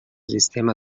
sistema